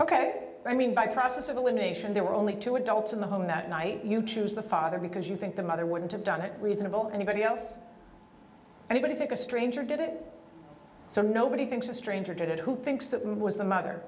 ok i mean by process of elimination there were only two adults in the home that night you choose the father because you think the mother wouldn't have done it reasonable anybody else anybody think a stranger did it so nobody thinks a stranger did it who thinks that mom was the mother